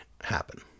happen